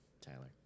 Tyler